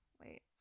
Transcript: Wait